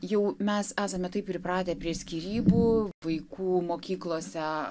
jau mes esame taip pripratę prie skyrybų vaikų mokyklose